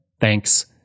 Thanks